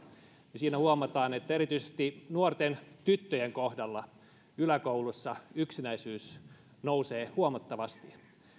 niin siinä huomataan että erityisesti nuorten tyttöjen kohdalla yläkoulussa yksinäisyys nousee huomattavasti